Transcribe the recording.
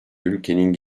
ülkenin